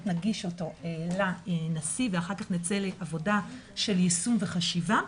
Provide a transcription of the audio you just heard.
נגיש אותו לנשיא ואחר כך נצא לעבודה של יישום וחשיבה.